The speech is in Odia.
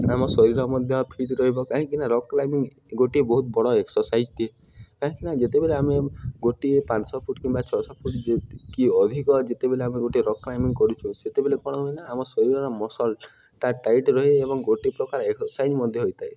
ଆମ ଶରୀର ମଧ୍ୟ ଫିଟ୍ ରହିବ କାହିଁକିନା ରକ୍ କ୍ଲାଇମ୍ବିଙ୍ଗ ଗୋଟିଏ ବହୁତ ବଡ଼ ଏକ୍ସରସାଇଜ୍ ଦିଏ କାହିଁକିନା ଯେତେବେଳେ ଆମେ ଗୋଟିଏ ପାଞ୍ଚଶହ ଫୁଟ୍ କିମ୍ବା ଛଅଶହ ଫୁଟ୍ ଯେ କି ଅଧିକ ଯେତେବେଳେ ଆମେ ଗୋଟେ ରକ୍ କ୍ଲାଇମ୍ବିଙ୍ଗ କରୁଛୁ ସେତେବେଳେ କ'ଣ ହୁଏନା ଆମ ଶରୀର ମସଲ୍ଟା ଟାଇଟ୍ ରହେ ଏବଂ ଗୋଟଏ ପ୍ରକାର ଏକ୍ସରସାଇଜ୍ ମଧ୍ୟ ହୋଇଥାଏ